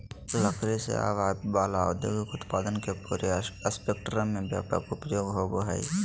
लकड़ी से आवय वला औद्योगिक उत्पादन के पूरे स्पेक्ट्रम में व्यापक उपयोग होबो हइ